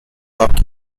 hockey